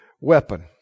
weapon